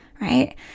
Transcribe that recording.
right